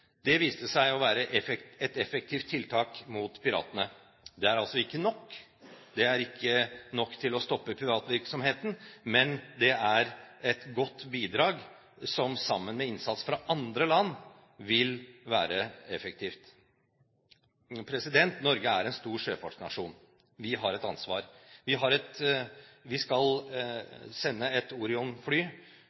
Det viste seg å være et effektivt tiltak mot piratene. Det er ikke nok til å stoppe piratvirksomheten, men det er et godt bidrag, som sammen med innsats fra andre land vil være effektivt. Norge er en stor sjøfartsnasjon. Vi har et ansvar. Vi skal sende et